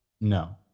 No